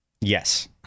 Yes